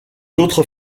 autres